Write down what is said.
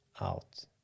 out